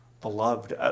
beloved